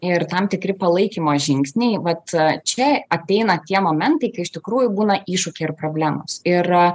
ir tam tikri palaikymo žingsniai vat čia ateina tie momentai kai iš tikrųjų būna iššūkiai ir problemos ir